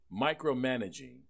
micromanaging